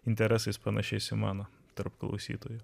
interesais panašiais į mano tarp klausytojų